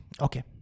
Okay